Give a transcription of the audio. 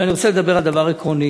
אבל אני רוצה לדבר על דבר עקרוני.